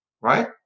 right